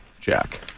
Jack